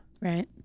Right